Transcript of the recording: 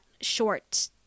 short